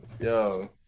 Yo